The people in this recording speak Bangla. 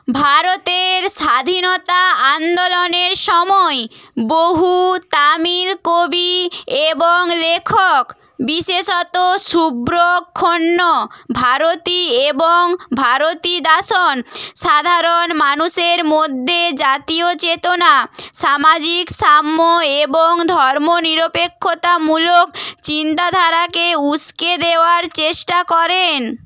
ভারতের স্বাধীনতা আন্দোলনের সময় বহু তামিল কবি এবং লেখক বিশেষত সুব্রক্ষণ্য ভারতী এবং ভারতীদাসন সাধারণ মানুষের মদ্যে জাতীয় চেতনা সামাজিক সাম্য এবং ধর্মনিরপেক্ষতামূলক চিন্তাধারাকে উস্কে দেওয়ার চেষ্টা করেন